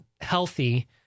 healthy